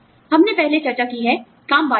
हमने पहले चर्चा की है काम बाँटने की